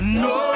no